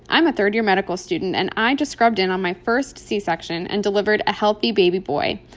i'm a third-year medical student. and i just scrubbed in on my first c-section and delivered a healthy baby boy.